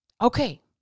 Okay